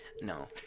No